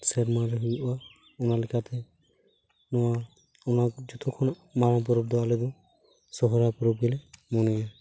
ᱥᱮᱨᱢᱟ ᱨᱮ ᱦᱩᱭᱩᱜᱼᱟ ᱚᱱᱟᱞᱮᱞᱠᱛᱮ ᱱᱚᱣᱟ ᱚᱱᱟ ᱡᱚᱛᱚ ᱠᱷᱚᱱᱟᱜ ᱢᱟᱨᱟᱝ ᱯᱚᱨᱚᱵ ᱫᱚ ᱟᱞᱮ ᱫᱚ ᱥᱚᱦᱨᱟᱭ ᱯᱚᱨᱚᱵ ᱜᱮᱞᱮ ᱢᱚᱱᱮᱭᱟ